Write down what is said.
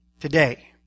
today